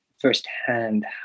firsthand